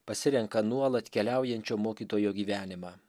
pasirenka nuolat keliaujančio mokytojo gyvenimą